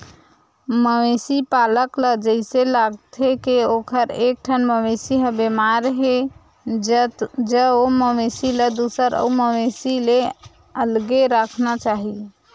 मवेशी पालक ल जइसे लागथे के ओखर एकठन मवेशी ह बेमार हे ज ओ मवेशी ल दूसर अउ मवेशी ले अलगे राखना चाही